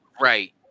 right